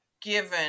given